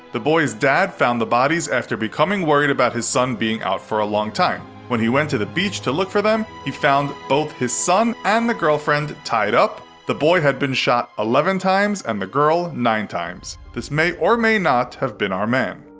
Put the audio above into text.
the boy's dad found the bodies after becoming worried about his son being out for a long time. when he went to the beach to look for them, he found both his son and the girlfriend tied up. the boy had been shot eleven times and the girl nine times. this may or may not have been our man.